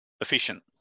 efficient